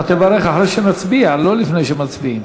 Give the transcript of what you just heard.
אתה תברך אחרי שנצביע, לא לפני שמצביעים.